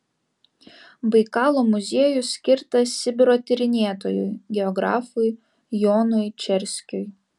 baikalo muziejus skirtas sibiro tyrinėtojui geografui jonui čerskiui